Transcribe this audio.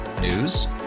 News